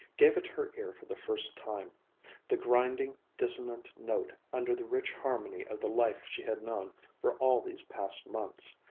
gave it her ear for the first time the grinding, dissonant note under the rich harmony of the life she had known for all these past months,